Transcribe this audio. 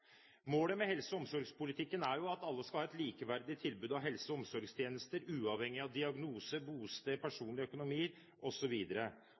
Målet med helse- og omsorgspolitikken er jo at alle skal ha et likeverdig tilbud av helse- og omsorgstjenester, uavhengig av diagnose, bosted,